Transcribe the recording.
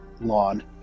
lawn